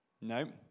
No